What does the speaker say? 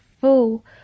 full